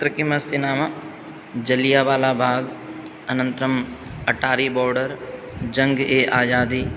तत्र किम् अस्ति नाम जल्यावाला बाग् अनन्तरम् अटारी बार्डर् ज़ङ्ग् ए आज़ादी